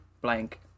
blank